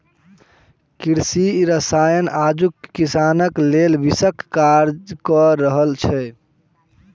कृषि रसायन आजुक किसानक लेल विषक काज क रहल छै